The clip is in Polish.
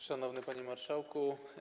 Szanowny Panie Marszałku!